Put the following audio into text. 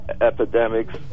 epidemics